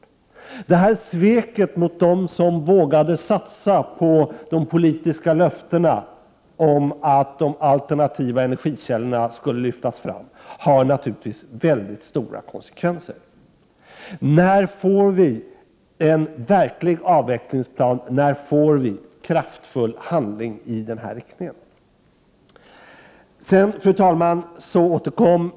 Detta svek mot dem som vågade satsa på de politiska löftena om att de alternativa energikällorna skulle lyftas fram har mycket stora konsekvenser. När får vi en verklig avvecklingsplan och kraftfull handling i denna riktning? Fru talman!